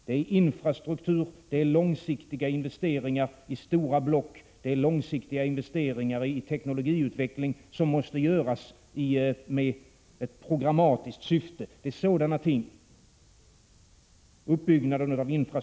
Det är infrastruktur, långsiktiga investeringar i stora block, långsiktiga investeringar i teknologiutveckling och uppbyggnad av infrastrukturerna som måste göras med ett programmatiskt syfte.